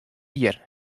jier